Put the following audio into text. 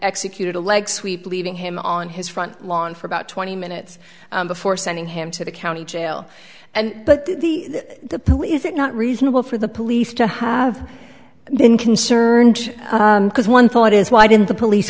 executed a leg sweep leaving him on his front lawn for about twenty minutes before sending him to the county jail and but the police is it not reasonable for the police to have been concerned because one thought is why didn't the police